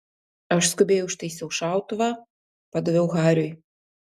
aš skubiai užtaisiau šautuvą padaviau hariui